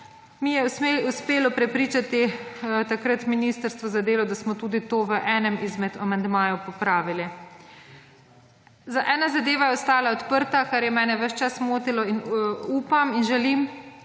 mi je uspelo prepričati takrat Ministrstvo za delo, da smo tudi to v enem izmed amandmajev popravili. Ena zadeva je ostala odprta, kar je mene ves čas motilo in upam in želim,